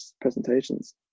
presentations